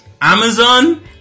Amazon